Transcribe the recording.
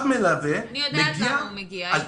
אני יודעת למה הוא מגיע.